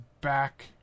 back